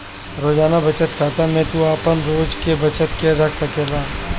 रोजाना बचत खाता में तू आपन रोज के बचत के रख सकेला